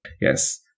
Yes